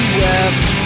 wept